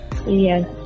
Yes